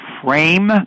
Frame